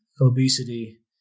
obesity